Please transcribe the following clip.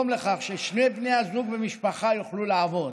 ולגרום לכך ששני בני הזוג במשפחה יוכלו לעבוד.